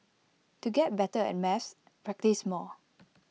to get better at maths practise more